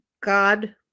god